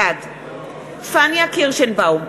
בעד פניה קירשנבאום,